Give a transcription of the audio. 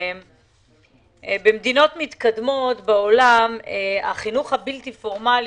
במדינות מתקדמות בעולם החינוך הבלתי פורמלי